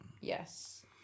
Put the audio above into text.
Yes